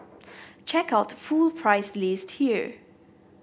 check out full price list here